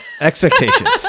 expectations